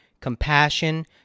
compassion